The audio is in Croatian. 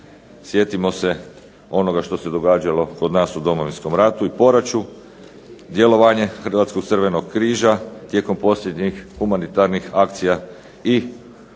Sjetimo se onoga što se događalo kod nas u Domovinskom ratu i poraću. Djelovanje Hrvatskog crvenog križa tijekom posljednjih humanitarnih akcija i ono